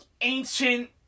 ancient